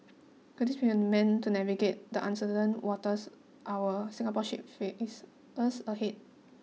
could this be the man to navigate the uncertain waters our Singapore ship faces ahead